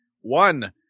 One